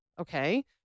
Okay